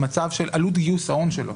למצב של עלות גיוס ההון שלו.